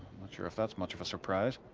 not sure if that's much of a surprise.